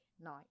night